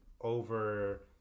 over